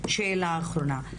אחרונה.